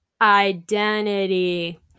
identity